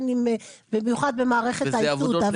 במיוחד במערכת האיתות.